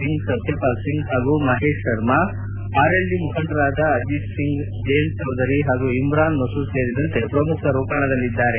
ಸಿಂಗ್ ಸತ್ಲಪಾಲ್ ಸಿಂಗ್ ಹಾಗೂ ಮಹೇಶ್ ಶರ್ಮ ಆರ್ಎಲ್ಡಿ ಮುಖಂಡರಾದ ಅಜಿತ್ ಸಿಂಗ್ ಜಯಂತ್ ಚೌಧರಿ ಹಾಗೂ ಇಮ್ರಾನ್ ಮಸೂದ್ ಸೇರಿದಂತೆ ಪ್ರಮುಖರು ಕಣದಲ್ಲಿದ್ದಾರೆ